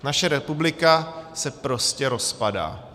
Naše republika se prostě rozpadá.